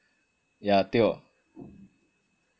yah tio